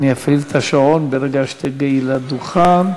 אפעיל את השעון ברגע שתגיעי לדוכן.